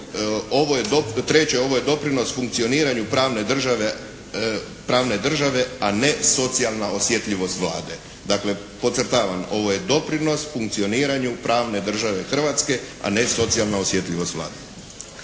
ovo je doprinos funkcioniranju pravne države a ne socijalna osjetljivost Vlade. Dakle, podcrtavam. Ovo je doprinos funkcioniranju pravne države Hrvatske, a ne socijalne osjetljivost Vlade.